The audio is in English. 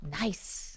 Nice